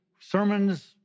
sermons